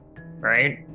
Right